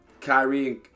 Kyrie